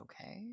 okay